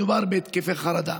מדובר בהתקפי חרדה.